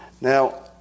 Now